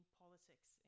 politics